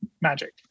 magic